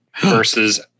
versus